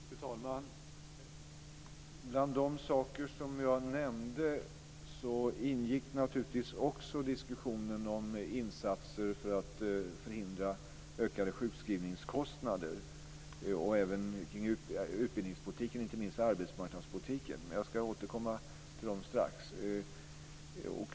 Fru talman! Bland de saker som jag nämnde ingick naturligtvis också diskussionen om insatser för att förhindra ökade sjukskrivningskostnader, utbildningspolitiken och inte minst arbetsmarknadspolitiken. Men jag ska återkomma till dem strax.